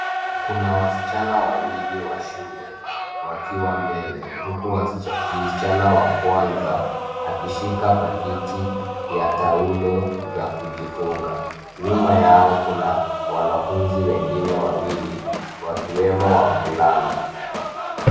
Kuna wasichana wawili wa shule wakiwa mbele huku msichan wa kwanza akishika paikiti ya taulo za kujifunga .Nyuma yao kuna wanafunzi wengine wawili wakiwemo wavulana.